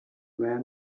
men